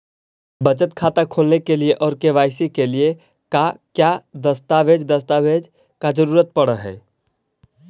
बचत खाता खोलने के लिए और के.वाई.सी के लिए का क्या दस्तावेज़ दस्तावेज़ का जरूरत पड़ हैं?